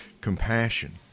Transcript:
compassion